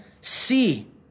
See